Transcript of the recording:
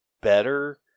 better